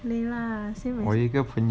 layla same as